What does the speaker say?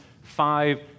five